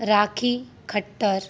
राखी Khattar